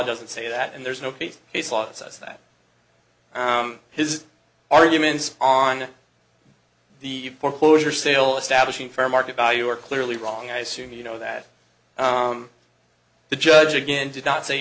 doesn't say that and there's no base his law says that his arguments on the foreclosure sale establishing fair market value are clearly wrong i assume you know that the judge again did not say